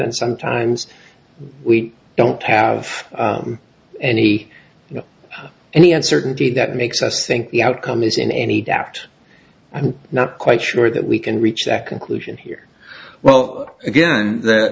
and sometimes we don't have any you know any uncertainty that makes us think the outcome is in any doubt i'm not quite sure that we can reach that conclusion here well again th